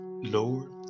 Lord